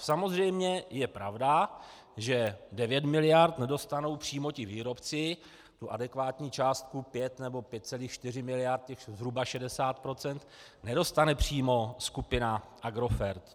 Samozřejmě je pravda, že 9 miliard nedostanou přímo ti výrobci, tu adekvátní částku 5 nebo 5,4 mld., těch zhruba 60 % nedostane přímo skupina Agrofert.